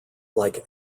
like